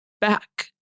back